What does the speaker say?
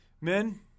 Men